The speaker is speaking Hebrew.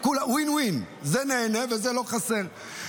win-win, זה נהנה וזה לא חסר.